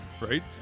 Right